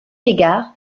égard